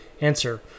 Answer